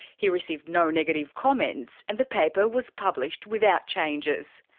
he received no negative comments, and the paper was published without changes.